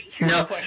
No